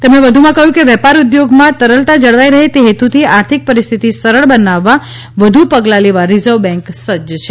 તેમણે વધુમાં કહ્યું કે વેપાર ઉધોગમાં તરલતાં જળવાઈ રહે તે હેતુંથી આર્થીક પરિસ્થિતી સરળ બનાવવા વધુ પગલાં લેવાં રિઝર્વ બેંક સજ્જ છે